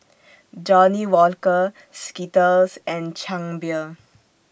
Johnnie Walker Skittles and Chang Beer